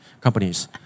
companies